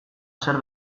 zer